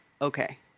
okay